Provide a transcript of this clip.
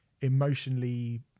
emotionally